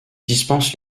dispense